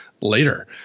later